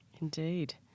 Indeed